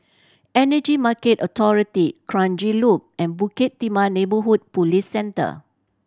Energy Market Authority Kranji Loop and Bukit Timah Neighbourhood Police Centre